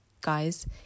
guys